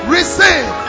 Receive